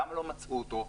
למה לא מצאו אותו?